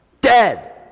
dead